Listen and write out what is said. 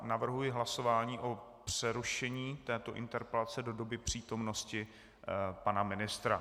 Navrhuji hlasování o přerušení této interpelace do doby přítomnosti pana ministra.